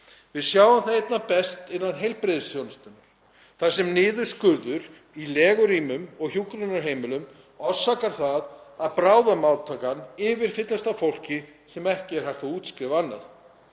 Við sjáum það einna best innan heilbrigðisþjónustunnar þar sem niðurskurður í legurýmum og hjúkrunarheimilum orsakar það að bráðamóttakan yfirfyllist af fólki sem ekki er hægt að útskrifa annað.